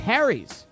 Harry's